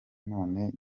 none